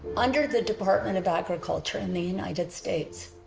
under the department of agriculture in the united states,